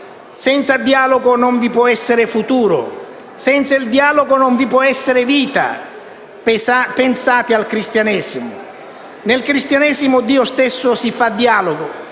Senza il dialogo non vi può essere futuro, senza il dialogo non vi può essere vita. Pensate al Cristianesimo. Nel Cristianesimo Dio stesso si fa dialogo,